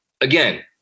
again